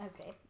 Okay